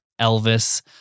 Elvis